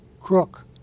Crook